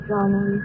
Johnny